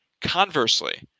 Conversely